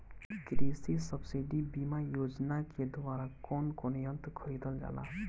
कृषि सब्सिडी बीमा योजना के द्वारा कौन कौन यंत्र खरीदल जाला?